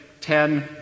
ten